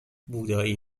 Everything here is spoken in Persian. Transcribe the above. بودایی